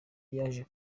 yaje